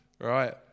Right